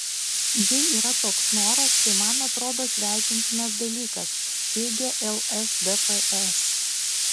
jei yra toks noras tai man atrodo sveikintinas dalykas teigė lšdps